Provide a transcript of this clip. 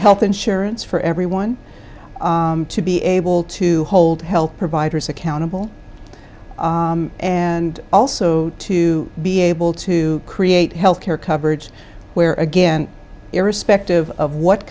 health insurance for everyone to be able to hold health providers accountable and also to be able to create health care coverage where again irrespective of what